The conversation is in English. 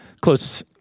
close